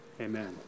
amen